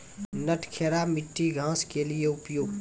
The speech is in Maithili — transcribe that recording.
नटखेरा मिट्टी घास के लिए उपयुक्त?